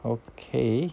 okay